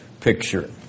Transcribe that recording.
picture